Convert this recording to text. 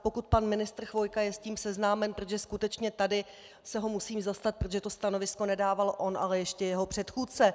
Pokud pan ministr Chvojka je s tím seznámen, protože skutečně tady se ho musím zastat, protože to stanovisko nedával on, ale ještě jeho předchůdce.